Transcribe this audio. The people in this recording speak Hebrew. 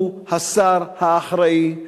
הוא השר האחראי,